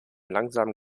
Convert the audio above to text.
langsamen